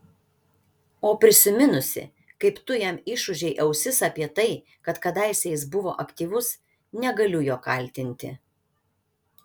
o prisiminusi kaip tu jam išūžei ausis apie tai kad kadaise jis buvo aktyvus negaliu jo kaltinti